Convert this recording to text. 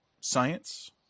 science